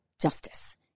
justice